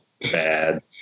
bad